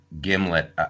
Gimlet